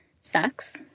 sucks